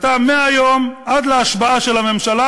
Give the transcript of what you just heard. מהיום עד להשבעה של הממשלה,